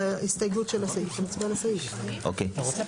עכשיו ככה: יש לנו את סעיף 35, פרק ח',